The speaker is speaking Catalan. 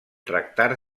tractar